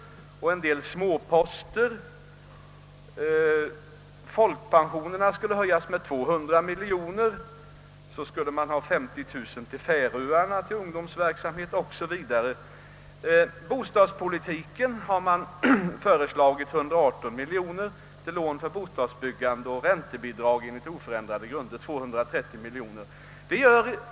Så följer en del småposter. Vidare föreslås att folkpensionerna höjs med 200 miljoner kronor, man vill ha 50 000 kronor till Färöarna för ungdomsverksamhet o.s.v. Till bostadspolitiken har man föreslagit 118 miljoner kronor till lån för bostadsbyggandet och till räntebidrag enligt oförändrade grunder 230 miljoner kronor.